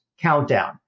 countdown